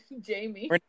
Jamie